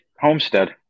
Homestead